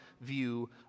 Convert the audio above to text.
view